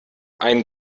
ein